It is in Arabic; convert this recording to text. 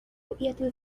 رؤية